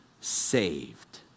saved